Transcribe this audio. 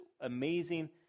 amazing